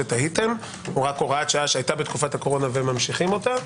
הוא רק הוראת שעה שהייתה בתקופת הקורונה וממשיכים אותה.